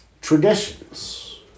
Traditions